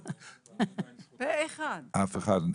אף אחד.